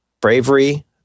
Bravery